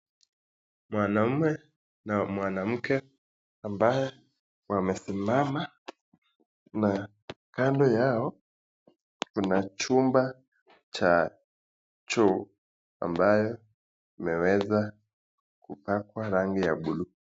Mwanaume na mwanamke ambaye wamesimama na kando ya kuna chumba cha choo ambaya imeweza kupakwa rangi ya buluu.